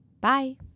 bye